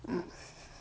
mm